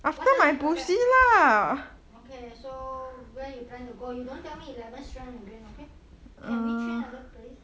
what time are you coming back okay so where you plan to go you don't tell me eleven strand again okay can we change another place